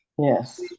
yes